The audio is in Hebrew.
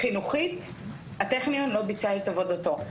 חינוכית הטכניון לא ביצע את עבודתו.